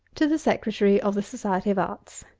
to the secretary of the society of arts.